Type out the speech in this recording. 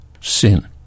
sin